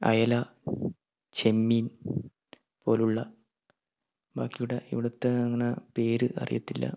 അയല ചെമ്മീൻ പോലെയുള്ള ബാക്കിയുടെ ഇവിടുത്ത അങ്ങനെ പേര് അറിയത്തില്ല